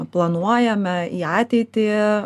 planuojame į ateitį